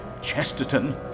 Chesterton